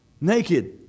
naked